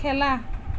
খেলা